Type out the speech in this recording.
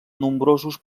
nombrosos